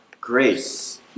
grace